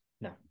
No